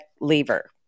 lever